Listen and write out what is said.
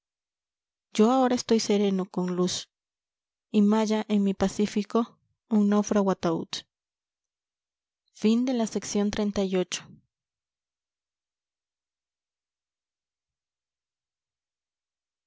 yo ahora estoy sereno con luz y maya en mí pacifico un náufrago ataúd